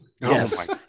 Yes